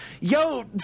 Yo